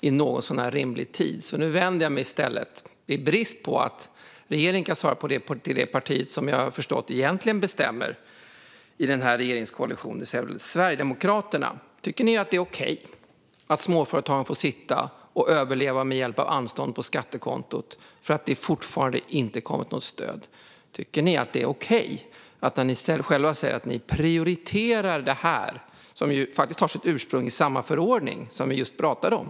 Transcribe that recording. I brist på svar från regeringen vänder jag mig därför till det parti som jag har förstått egentligen bestämmer i den här regeringskoalitionen, det vill säga Sverigedemokraterna. Tycker ni att det är okej att småföretagen får överleva med hjälp av anstånd på skattekontot för att det fortfarande inte kommit något stöd? Ni säger själva att ni prioriterar det här, som ju faktiskt har sitt ursprung i samma förordning som vi just pratade om.